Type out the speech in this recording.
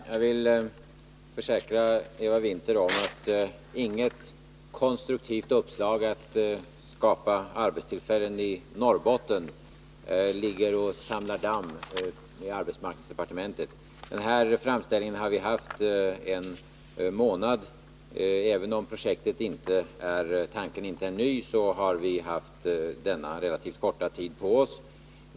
Herr talman! Jag vill försäkra Eva Winther om att inget konstruktivt uppslag om att skapa arbetstillfällen i Norrbotten ligger och samlar damm i arbetsmarknadsdepartementet. Den här framställningen har vi haft en månad. Även om tanken inte är ny, så har vi alltså haft relativt kort tid på oss.